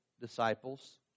disciples